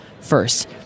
first